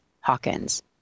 Hawkins